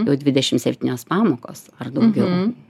jau dvidešim septynios pamokos ar daugiau